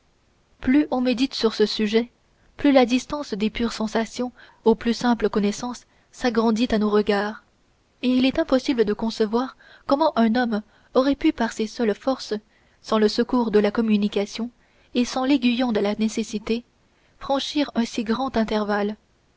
plus on médite sur ce sujet plus la distance des pures sensations aux plus simples connaissances s'agrandit à nos regards et il est impossible de concevoir comment un homme aurait pu par ses seules forces sans le secours de la communication et sans l'aiguillon de la nécessité franchir un si grand intervalle